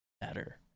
better